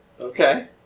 okay